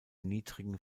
niedrigen